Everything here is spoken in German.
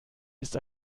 ist